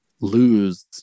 lose